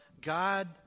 God